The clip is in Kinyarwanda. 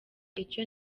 icyo